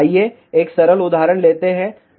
आइए हम एक सरल उदाहरण लेते हैं